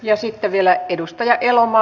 ja sitten vielä edustaja elomaa